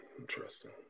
Interesting